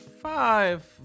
five